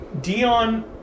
Dion